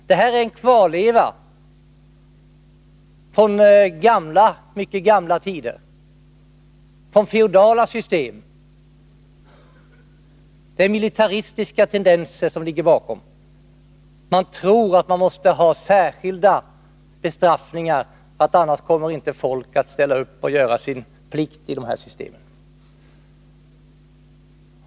Det militära ansvarssystemet är en kvarleva från mycket gamla tider, från feodala system. Det är militaristiska tendenser som ligger bakom. Man tror att man måste ha särskilda bestraffningar, annars kommer folk inte att ställa upp och göra sin plikt i dessa system.